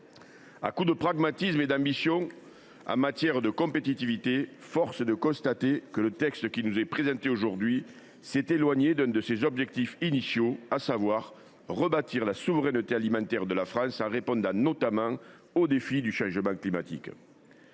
à coup de « pragmatisme » et d’ambition en matière de compétitivité, le texte qui nous est présenté aujourd’hui s’est éloigné d’un de ses objectifs initiaux : rebâtir la souveraineté alimentaire de la France en répondant notamment au défi du changement climatique.